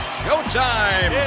showtime